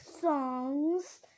songs